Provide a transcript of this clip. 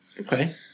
Okay